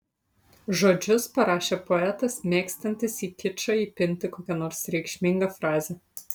žodžius parašė poetas mėgstantis į kičą įpinti kokią nors reikšmingą frazę